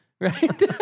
right